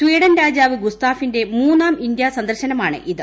Sweden രാജാവ് ഗുസ്താഫിന്റെ മൂന്നാം ഇന്ത്യാ സന്ദർശനമാണ് ഇത്